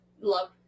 love